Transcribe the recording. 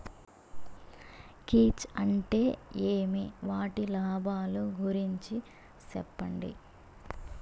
కీచ్ అంటే ఏమి? వాటి లాభాలు గురించి సెప్పండి?